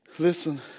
listen